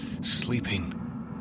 sleeping